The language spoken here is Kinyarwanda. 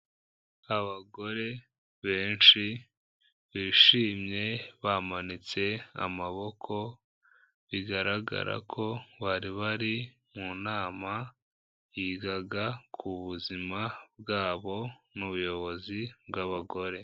Abagore benshi bishimye bamanitse amaboko, bigaragara ko bari bari mu nama yigaga ku buzima bwabo mu buyobozi bw'abagore.